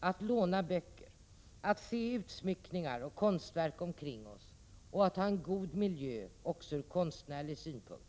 att låna böcker, att se utsmyckningar och konstverk omkring oss samt att ha en god miljö, också ur konstnärlig synpunkt.